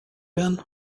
ano